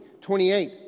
28